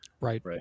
right